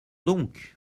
donc